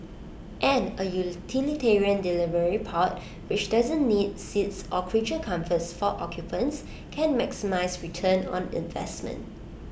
and A utilitarian delivery pod which doesn't need seats or creature comforts for occupants can maximise return on investment